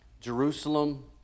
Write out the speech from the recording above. Jerusalem